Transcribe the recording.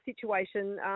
situation